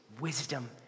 wisdom